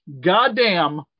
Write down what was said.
goddamn